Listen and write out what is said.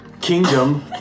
kingdom